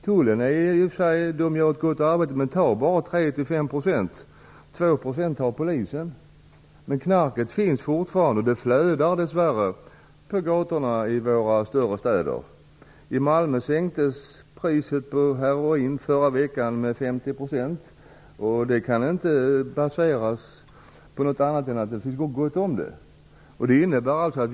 Tullen gör i och för sig ett gott arbete, men de tar bara 3-5 %. Polisen tar 2 %. Men knarket finns fortfarande, och det flödar dess värre på gatorna i våra större städer. I Malmö sänktes priset på heroin i förra veckan med 50 %. Det kan inte bero på något annat än att det finns gott om det.